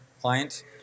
client